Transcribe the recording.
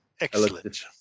Excellent